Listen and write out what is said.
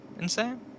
Insane